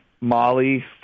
Molly